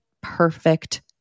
perfect